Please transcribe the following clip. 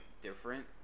different